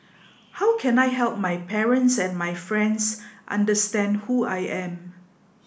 how can I help my parents and my friends understand who I am